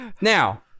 now